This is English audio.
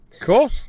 Cool